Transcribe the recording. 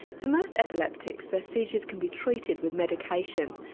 for most epileptics, their seizures can be treated with medication,